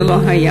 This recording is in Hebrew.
זה לא היה,